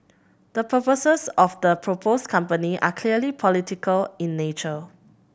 the purposes of the proposed company are clearly political in nature